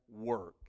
work